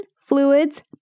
fluids